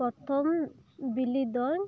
ᱯᱨᱚᱛᱷᱚᱢ ᱵᱤᱞᱤ ᱫᱚ